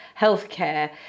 healthcare